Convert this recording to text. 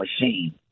machine